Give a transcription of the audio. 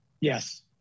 Yes